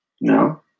No